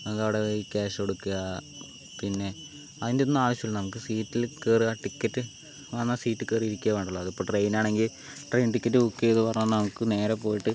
നമുക്ക് അവിടെ ക്യാഷ് കൊടുക്കുക പിന്നെ അതിൻ്റെ ഒന്നും ആവശ്യമില്ല നമുക്ക് സീറ്റിൽ കയറുക ടിക്കറ്റ് എന്നാൽ സീറ്റിൽ കയറി ഇരിക്കുകയേ വേണ്ടുള്ളൂ അതിപ്പോൾ ട്രെയിനാണെങ്കിൽ ട്രെയിൻ ടിക്കറ്റ് ബുക്ക് ചെയ്ത് പറഞ്ഞെന്നാൽ നമുക്ക് നേരെ പോയിട്ട്